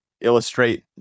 illustrate